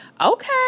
okay